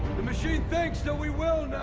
the machine thinks that we will